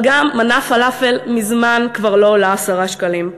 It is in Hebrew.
אבל גם מנה פלאפל מזמן כבר לא עולה 10 שקלים.